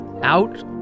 out